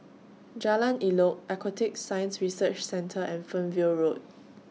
Jalan Elok Aquatic Science Research Centre and Fernvale Road